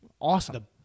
awesome